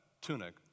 tunic